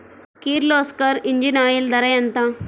Kirloskar engine oil ధర ఎంత?